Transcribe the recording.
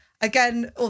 Again